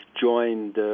joined